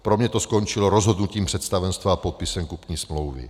Pro mě to skončilo rozhodnutím představenstva a podpisem kupní smlouvy.